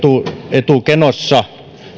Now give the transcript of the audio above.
etukenossa